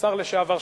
השר לשעבר שטרית,